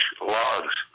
logs